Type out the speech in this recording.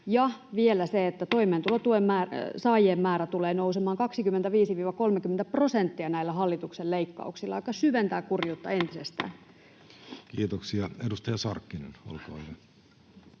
toimeentulotuen saajien määrä tulee nousemaan 25—30 prosenttia näillä hallituksen leikkauksilla, jotka syventävät kurjuutta entisestään. Kiitoksia. — Edustaja Sarkkinen, olkaa hyvä.